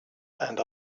and